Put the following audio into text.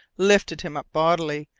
lifted him up bodily,